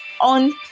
on